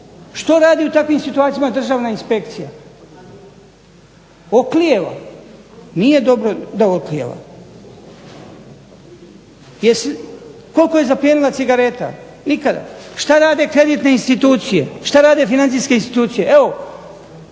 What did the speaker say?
Što radi u takvim situacijama Državna inspekcija? Oklijeva. Nije dobro da oklijeva. Koliko je zaplijenila cigareta? Nikada. Što rade kreditne institucije, što rade financijske institucije? Evo,